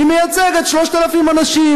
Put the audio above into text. היא מייצגת 3,000 אנשים.